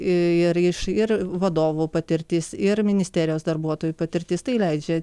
ir iš ir vadovų patirtis ir ministerijos darbuotojų patirtis tai leidžia